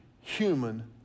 human